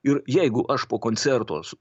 ir jeigu aš po koncerto su